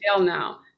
now